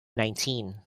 nineteen